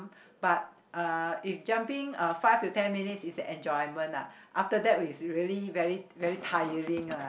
but uh if jumping uh five to ten minutes is enjoyment ah after that is really very very tiring lah